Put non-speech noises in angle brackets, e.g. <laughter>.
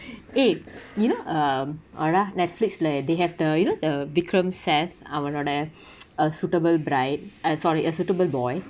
eh you know err படோ:pado netflix lah they have the you know the vikramseth அவனோட:avanoda <breath> <noise> a suitable bride err sorry as suitable boy